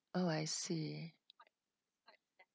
oh I see